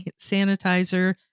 sanitizer